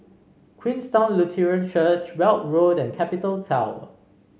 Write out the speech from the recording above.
Queenstown Lutheran Church Weld Road and Capital Tower